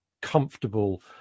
comfortable